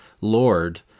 Lord